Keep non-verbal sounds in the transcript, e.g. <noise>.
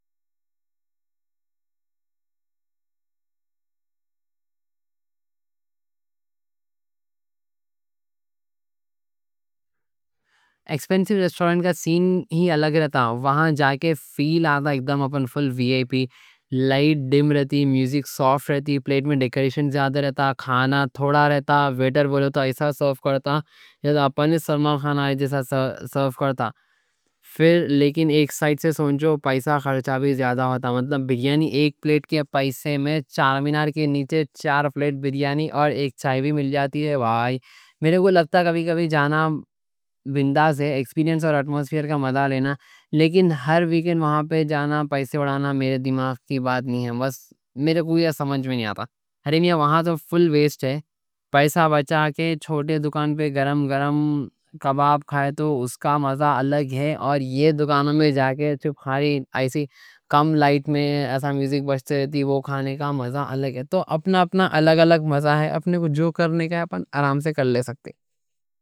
ایکسپینسیو ریسٹورنٹ کا سین ہی الگ رہتا، وہاں جا کے فیل آتا، ایک دم اپن فل وی آئی پی. لائٹ ڈِم رہتی، میوزک سافٹ رہتی، پلیٹ میں ڈیکوریشن زیادہ رہتا، کھانا تھوڑا رہتا. ویٹر بولو تو ایسا سرو کرتا، اپنے سامنے کھانا آئے جیسا <hesitation> سرو کرتا. لیکن ایک سائیڈ سے سمجھو پیسہ خرچہ بھی زیادہ ہوتا، بریانی ایک پلیٹ کے پیسوں میں چارمینار کے نیچے چار پلیٹ بریانی اور ایک چائے بھی مل جاتی ہے. میرے کو لگتا کبھی کبھی جانا بنداس ہے، ایکسپیرینس اور اٹموسفیئر کا مزہ لینا. لیکن ہر ویکینڈ وہاں پہ جانا پیسے اڑانا میرے دماغ کی بات نہیں ہے. میرے کو یہ سمجھ میں نہیں آتا. ہری میاں وہاں تو فل ویسٹ ہے، پیسہ بچا کے چھوٹے دکان پہ گرم گرم کباب کھائے تو اس کا مزہ الگ ہے. اور دکانوں میں جا کے، ایسی کم لائٹ میں ایسا میوزک بجتے رہتی، وہ کھانے کا مزہ الگ ہے، تو اپنا اپنا الگ الگ مزہ ہے، اپنے کو جو کرنے کا ہم آرام سے کر لے سکتے ہیں.